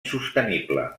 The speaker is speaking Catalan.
sostenible